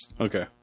Okay